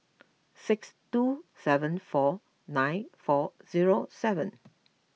six two seven four nine four zero seven